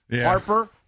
Harper